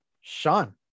Sean